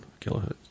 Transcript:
kilohertz